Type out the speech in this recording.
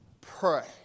pray